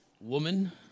Woman